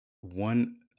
one